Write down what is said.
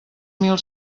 mil